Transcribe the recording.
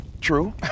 True